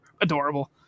adorable